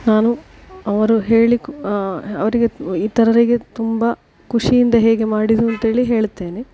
ನಾನು ಅವರು ಹೇಳಿ ಕ್ ಅವರಿಗೆ ಇತರರಿಗೆ ತುಂಬ ಖುಷಿಯಿಂದ ಹೇಗೆ ಮಾಡಿರುವುದ್ ಅಂತ ಹೇಳಿ ಹೇಳ್ತೇನೆ